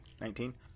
Nineteen